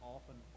Often